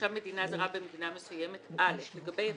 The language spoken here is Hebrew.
תושב מדינה זרה במדינה מסוימת לגבי יחיד,